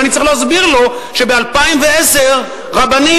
וצריך להסביר לו שב-2010 רבנים,